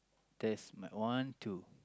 test mike one two